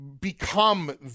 become